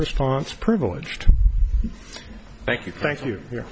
response privileged thank you thank you y